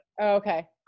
okay